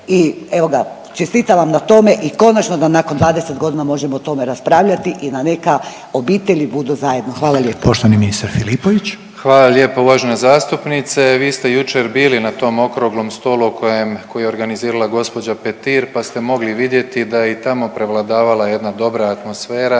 i evo ga čestitam vam na tome i konačno da nakon 20 godina možemo o tome raspravljati i da neka obitelji budu zajedno. Hvala lijepo. **Reiner, Željko (HDZ)** Poštovani ministar Filipović. **Filipović, Davor (HDZ)** Hvala lijepa uvažena zastupnice. Vi ste jučer bili na tom okruglom stolu koji je organizirala gospođa Petir, pa ste mogli vidjeti da je i tamo prevladavala jedna dobra atmosfera,